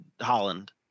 Holland